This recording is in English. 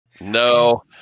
No